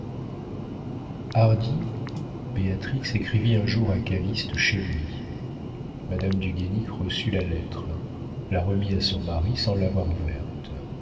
béatrix écrivit un jour à calyste chez lui madame du guénic reçut la lettre la remit à son mari sans l'avoir ouverte